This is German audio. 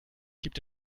gibt